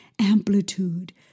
amplitude